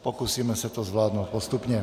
Pokusíme se to zvládnout postupně.